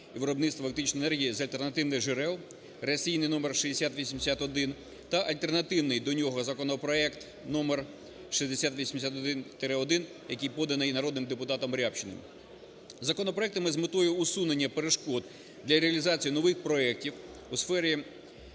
виробництва електричної енергії з альтернативних джерел (реєстраційний номер 6081) та альтернативний до нього законопроект № 6081-1, який поданий народним депутатом Рябчиним. Законопроектами з метою усунення перешкод для реалізації нових проектів у сфері